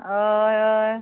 हय हय